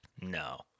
No